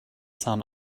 sun